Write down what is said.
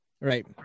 Right